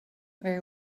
very